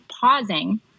pausing